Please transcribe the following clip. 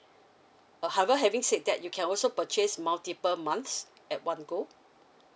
err However having said that you can also purchase multiple months at one go